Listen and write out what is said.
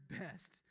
best